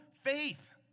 faith